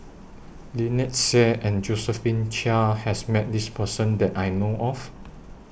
Lynnette Seah and Josephine Chia has Met This Person that I know of